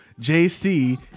JC